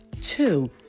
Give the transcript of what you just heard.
Two